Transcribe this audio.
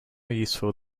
useful